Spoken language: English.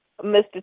Mr